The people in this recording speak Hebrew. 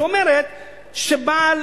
שאומרת שבעל